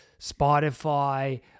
Spotify